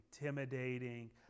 intimidating